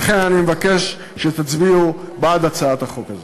לכן אני מבקש שתצביעו בעד הצעת החוק הזאת.